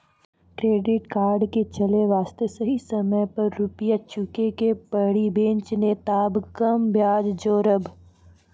Credit card के चले वास्ते सही समय पर रुपिया चुके के पड़ी बेंच ने ताब कम ब्याज जोरब?